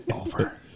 Over